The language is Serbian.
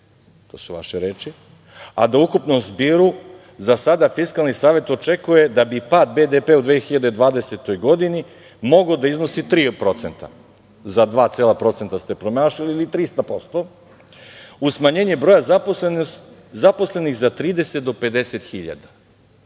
to su vaše reči, a da ukupno zbiru za sada Fiskalni savet očekuje da bi pad BDP u 2020. godini mogao da iznosi 3%, za dva cela procenta ste promašili ili 300%, uz smanjenje broja zaposlenih za 30 do 50.000.